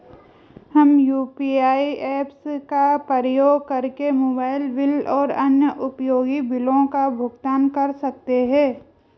हम UPI apps का उपयोग करके मोबाइल बिल और अन्य उपयोगी बिलों का भुगतान कर सकते हैं